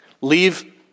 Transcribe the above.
leave